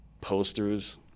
posters